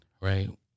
right